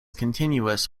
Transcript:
continuous